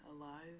alive